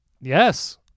Yes